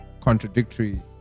contradictory